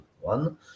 one